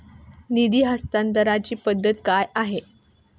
निधी हस्तांतरणाच्या पद्धती काय आहेत?